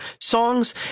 songs